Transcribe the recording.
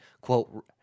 quote